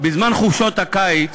בזמן חופשות הקיץ